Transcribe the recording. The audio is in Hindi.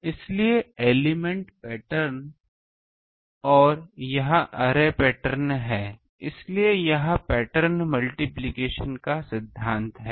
इसलिए एलिमेंट् पैटर्न और यह अरे पैटर्न है इसलिए यह पैटर्न मल्टिप्लिकेशन का सिद्धांत है